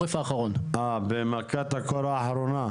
מכת הקור האחרונה.